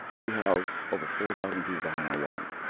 we house over four thousand people behind our walls.